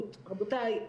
רבותיי,